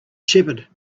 shepherd